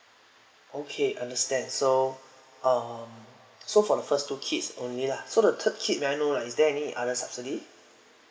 okay understand so uh so for the first two kids only lah so the third kid may I know lah is there any other subsidy